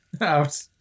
out